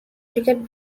cricket